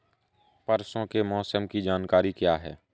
परसों के मौसम की जानकारी क्या है?